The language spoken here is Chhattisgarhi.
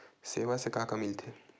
सेवा से का का मिलथे?